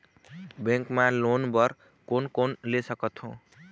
Bank मा loan बर कोन कोन ले सकथों?